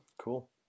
Cool